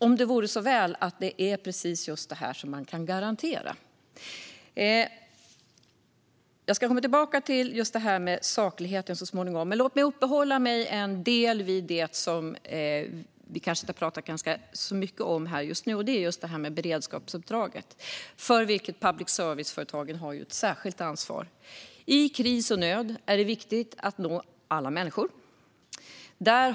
Om det vore så väl att public service kunde garantera just detta! Jag ska komma tillbaka till detta med saklighet så småningom. Men låt mig först uppehålla mig en stund vid det som vi kanske ska tala ganska mycket om här. Det är beredskapsuppdraget, för vilket public service-företagen har ett särskilt ansvar. I kris och nöd är det viktigt att nå alla människor.